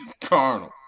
carnal